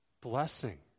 Blessing